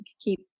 keep